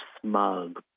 smug